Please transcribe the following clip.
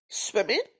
Swimming